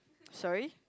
sorry